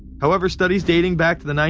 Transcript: however, studies dating back to the